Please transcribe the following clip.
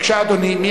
בבקשה, אדוני.